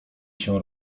się